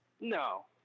No